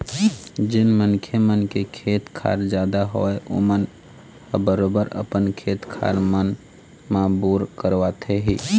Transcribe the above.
जेन मनखे मन के खेत खार जादा हवय ओमन ह बरोबर अपन खेत खार मन म बोर करवाथे ही